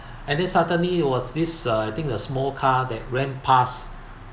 and then suddenly it was this uh a small car that ran past